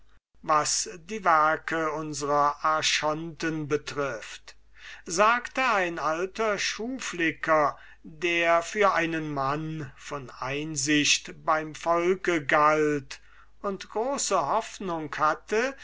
was die werke unsrer archonten betrifft sagte ein alter schuhflicker der für einen mann von einsicht beim volke galt und große hoffnung hatte